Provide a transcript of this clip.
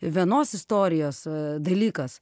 vienos istorijos dalykas